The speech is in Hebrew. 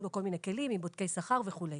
לו כל מיני כלים עם בודקי שכר וכולי.